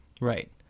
right